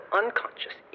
unconscious